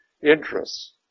interests